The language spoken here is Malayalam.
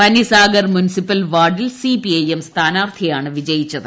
പനിസാഗർ മുനിസിപ്പൽ വാർഡിൽ സിപിഐഎം സ്ഥാനാർഥിയാണ് വിജയിച്ചത്